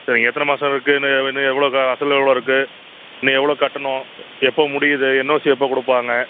சரிங்க எத்தனை மாதம் இருக்குதுன்னு இன்னும் எவ்வளோ அசல் எவ்வளோ இருக்குது இன்னும் எவ்வளோ கட்டணும் எப்போ முடியுது என்ஓசி எப்போ கொடுப்பாங்க